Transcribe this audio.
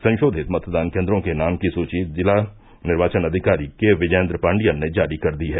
संशोधित मतदान केन्द्रों के नाम की सूची जिला निर्वाचन अधिकारी के ँ विजयेन्द्र पाण्डियन ने जारी कर दी है